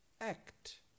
act